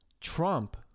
Trump